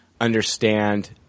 understand